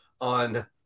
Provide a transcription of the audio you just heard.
on